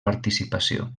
participació